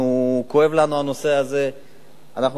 הנושא הזה כואב לנו.